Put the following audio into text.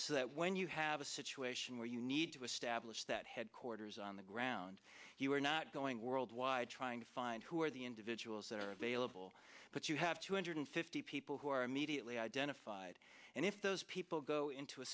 so that when you have a situation where you need to establish that headquarters on the ground you are not going worldwide trying to find who are the individuals that are available but you have two hundred fifty people who are immediately identified and if those people go into a